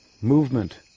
movement